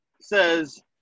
says